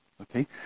Okay